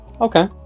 okay